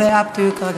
אז זה up to you כרגע.